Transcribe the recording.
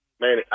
man